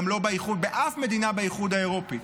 גם לא באף מדינה באיחוד האירופי: